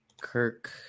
Kirk